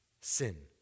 sin